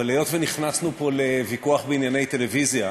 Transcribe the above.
אבל היות שנכנסנו פה לוויכוח בענייני טלוויזיה,